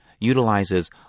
utilizes